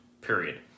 period